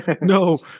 no